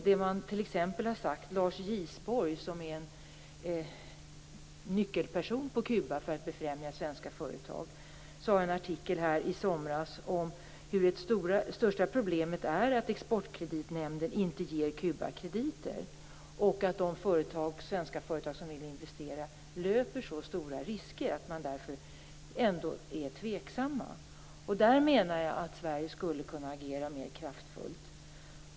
I somras skrev Lars Gisborg, en nyckelperson på Kuba för svenska företag, i en artikel att det största problemet är att Exportkreditnämnden inte ger Kuba krediter och att de svenska företag som vill investera löper så stora risker att man ändå är tveksam. Där menar jag att Sverige skulle kunna agera mer kraftfullt.